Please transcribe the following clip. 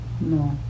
no